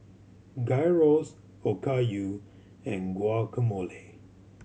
Gyros Okayu and Guacamole